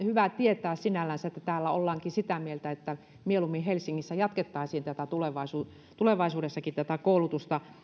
hyvä tietää sinällänsä että täällä ollaankin sitä mieltä että mieluummin helsingissä jatkettaisiin tulevaisuudessakin tätä koulutusta